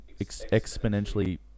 exponentially